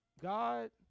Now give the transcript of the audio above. God